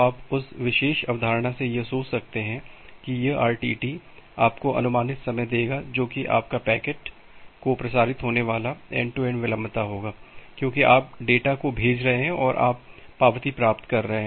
तो आप उस विशेष अवधारणा से ये सोच सकते हैं की यह RTT आपको अनुमानित समय देगा जो की आपका पैकेट को प्रसारित होने वाला एन्ड टू एन्ड विलंबता होगा क्योंकि आप डेटा को भेज रहे हैं और आप पावती प्राप्त कर रहे हैं